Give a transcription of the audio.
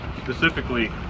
Specifically